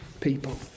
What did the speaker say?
people